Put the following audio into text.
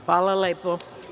Hvala lepo.